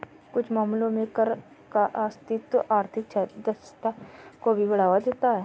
कुछ मामलों में कर का अस्तित्व आर्थिक दक्षता को भी बढ़ावा देता है